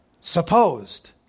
supposed